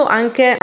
anche